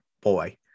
boy